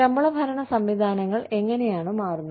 ശമ്പള ഭരണ സംവിധാനങ്ങൾ എങ്ങനെയാണ് മാറുന്നത്